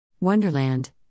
Wonderland